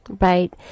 right